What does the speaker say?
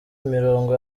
imirongo